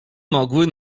mogły